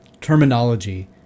terminology